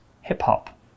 hip-hop